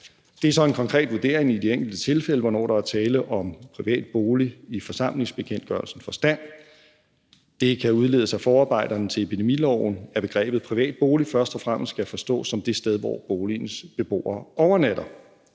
Det er så en konkret vurdering i de enkelte tilfælde, hvornår der er tale om en privat bolig i forsamlingsbekendtgørelsens forstand. Det kan udledes af forarbejderne til epidemiloven, at begrebet privat bolig først og fremmest skal forstås som det sted, hvor boligens beboere overnatter.